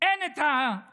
אין את הצורך